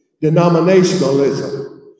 denominationalism